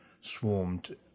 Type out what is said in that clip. swarmed